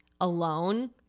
alone